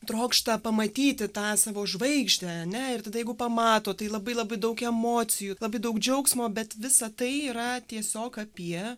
trokšta pamatyti tą savo žvaigždę ane ir tada jeigu pamato tai labai labai daug emocijų labai daug džiaugsmo bet visa tai yra tiesiog apie